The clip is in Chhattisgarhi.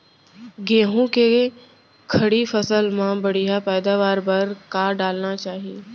गेहूँ के खड़ी फसल मा बढ़िया पैदावार बर का डालना चाही?